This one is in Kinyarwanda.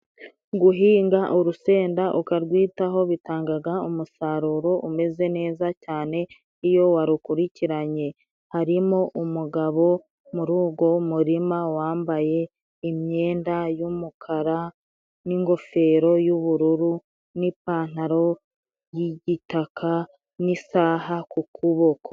Guhinga urusenda ukarwitaho bitangaga umusaruro umeze neza cyane, iyo warukurikiranye harimo umugabo muri ugo murima wambaye imyenda y'umukara, n'ingofero y'ubururu ,n'ipantaro y'igitaka n'isaha ku kuboko.